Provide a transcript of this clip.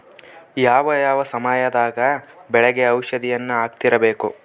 ಯಾವ ಯಾವ ಸಮಯದಾಗ ಬೆಳೆಗೆ ಔಷಧಿಯನ್ನು ಹಾಕ್ತಿರಬೇಕು?